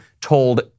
told